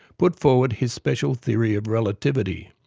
put forward his special theory of relativity.